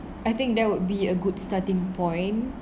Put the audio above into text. I think that would be a good starting point